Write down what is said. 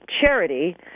charity